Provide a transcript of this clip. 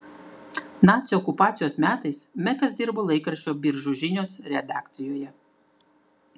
nacių okupacijos metais mekas dirbo laikraščio biržų žinios redakcijoje